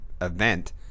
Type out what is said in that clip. event